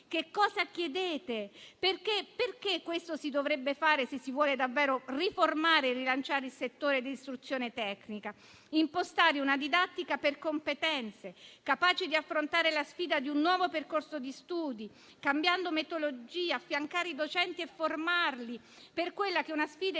Che cosa chiedete? Che cosa si deve fare, se si vuole davvero riformare e rilanciare il settore dell'istruzione tecnica? Impostare una didattica per competenze, capace di affrontare la sfida di un nuovo percorso di studi, cambiando metodologia, affiancando i docenti e formandoli per quella che è una sfida